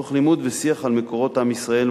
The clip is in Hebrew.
תוך לימוד ושיח על מקורות עם ישראל,